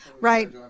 Right